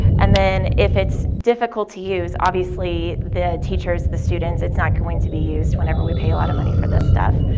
and if it's difficult to use, obviously, the teachers, the students, it's not going to be used whenever we pay a lot of money for this stuff.